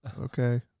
Okay